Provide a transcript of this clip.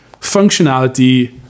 functionality